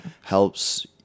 helps